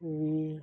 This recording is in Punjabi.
ਵੀ